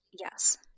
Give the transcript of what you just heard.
Yes